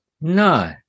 No